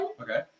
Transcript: Okay